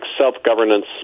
self-governance